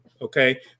okay